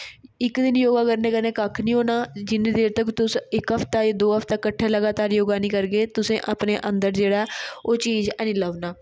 इक दिन योगा करने कन्ने कक्ख नेईं होना जिन्नी देर तक्कर तुस इक हफ्ता जा दो हफ्ते कट्ठा लगातार योगा नेईं करगे तुसें अपने अंदर जेह्ड़ा ऐ ओह् चीज है नेईं लभना